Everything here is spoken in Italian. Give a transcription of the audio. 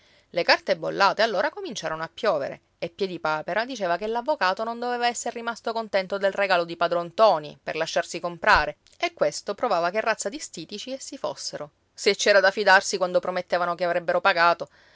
le carte bollate allora cominciarono a piovere e piedipapera diceva che l'avvocato non doveva esser rimasto contento del regalo di padron ntoni per lasciarsi comprare e questo provava che razza di stitici essi fossero se ci era da fidarsi quando promettevano che avrebbero pagato